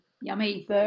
Yummy